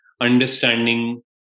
understanding